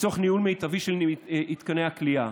לצורך ניהול מיטבי של מתקני הכליאה.